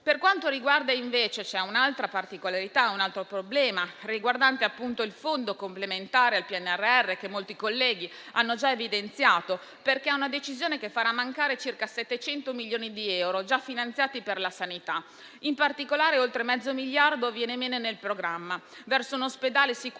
che allora sono state fatte. C'è poi un altro problema riguardante il Fondo complementare al PNRR, che molti colleghi hanno già evidenziato. Si tratta di una decisione che farà mancare circa 700 milioni di euro già finanziati per la sanità. In particolare, oltre mezzo miliardo viene meno nel programma verso un ospedale sicuro e